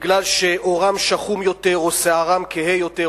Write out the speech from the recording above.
מפני שעורם שחום יותר או שערם כהה יותר,